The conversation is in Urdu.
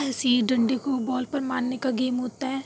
ایسے ہی ڈنڈے کو بال پر مارنے کا گیم ہوتا ہے